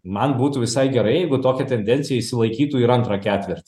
man būtų visai gerai jeigu tokia tendencija išsilaikytų ir antrą ketvirtį